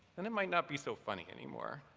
then it might not be so funny anymore.